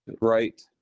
Right